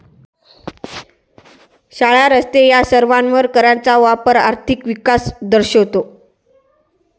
शाळा, रस्ते या सर्वांवर कराचा वापर आर्थिक विकास दर्शवतो